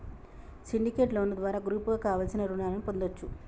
syndicate loan ద్వారా గ్రూపుగా కావలసిన రుణాలను పొందొచ్చు